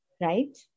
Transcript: right